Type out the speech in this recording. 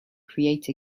create